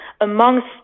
amongst